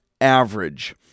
average